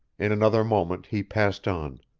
in another moment he passed on,